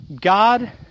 God